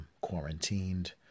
quarantined